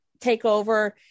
takeover